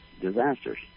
disasters